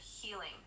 healing